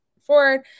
forward